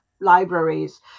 libraries